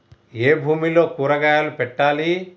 ఏ భూమిలో కూరగాయలు పెట్టాలి?